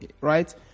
right